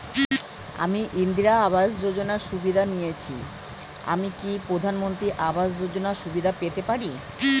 আমি ইন্দিরা আবাস যোজনার সুবিধা নেয়েছি আমি কি প্রধানমন্ত্রী আবাস যোজনা সুবিধা পেতে পারি?